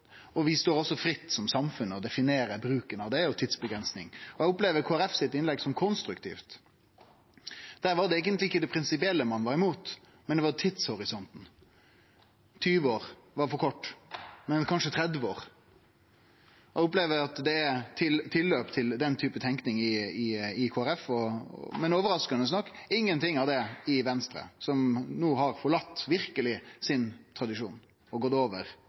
og vi står også fritt som samfunn til å definere bruken av det og av tidsavgrensing. Eg opplever innlegget frå Kristeleg Folkeparti som konstruktivt. Der var det eigentleg ikkje det prinsipielle ein var imot, men det var tidshorisonten – 20 år var for kort, men kanskje 30 år. Eg opplever at det er tilløp til den typen tankegang i Kristeleg Folkeparti, men overraskande nok ingenting av det i Venstre, som no verkeleg har forlate tradisjonen sin og gått over